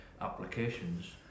applications